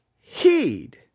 heed